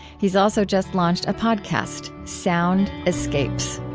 he's also just launched a podcast, sound escapes